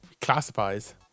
classifies